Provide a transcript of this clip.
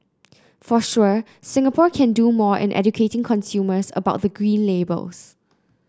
for sure Singapore can do more in educating consumers about the Green Labels